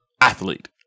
athlete